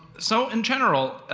so in general,